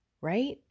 Right